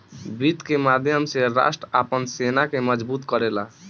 वित्त के माध्यम से राष्ट्र आपन सेना के मजबूत करेला